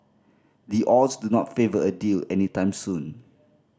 the odds do not favour a deal any time soon